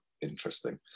interesting